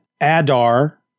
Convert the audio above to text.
Adar